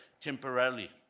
temporarily